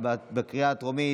בקריאה הטרומית.